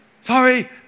sorry